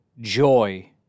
joy